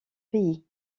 pays